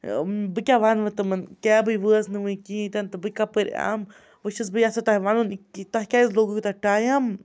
بہٕ کیٛاہ وَنہٕ وٕ تمَن کیبٕے وٲژ نہٕ وٕنۍ کِہیٖنۍ تہِ نہٕ بہٕ کَپٲرۍ آم وٕ چھَس بہٕ یَژھان تۄہہِ وَنُن کہِ تۄہہِ کیازِ لوگوٗ یوٗتاہ ٹایم